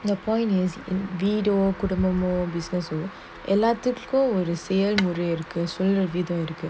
the point is in வீடோகுடும்பமோ:veedo kudumbamo business oh எல்லாத்துக்கும்ஒருசெயல்முறைஇருக்குசொல்றவிதம்இருக்கு:ellathukum oru seyalmura iruku solra vidham irukku